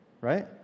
right